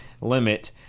limit